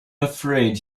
afraid